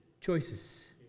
choices